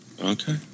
Okay